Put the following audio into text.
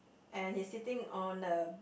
and he's sitting on the